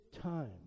time